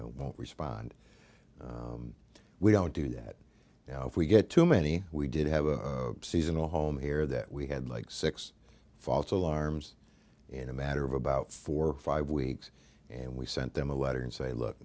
know won't respond we don't do that now if we get too many we did have a seasonal home here that we had like six false alarms in a matter of about four or five weeks and we sent them a letter and say look